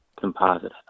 composite